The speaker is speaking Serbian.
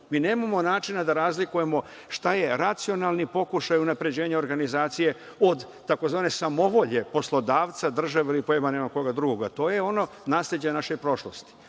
Mi nemamo načina da razlikujemo šta je racionalni pokušaj unapređenja organizacije od tzv. samovolje poslodavca, države ili pojma nemam koga drugog. To je ono nasleđe naše prošlosti. Prema